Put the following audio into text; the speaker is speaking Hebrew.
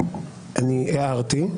אני הערתי.